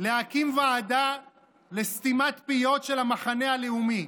להקים ועדה לסתימת פיות של המחנה הלאומי,